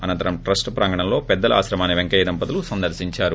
అనంతరం ట్రస్ట్ ప్రాంగణంలోని పెద్దల ఆశ్రమాన్సి పెంకయ్య దంపతులు సందర్పించారు